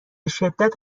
شدت